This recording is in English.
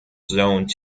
zoned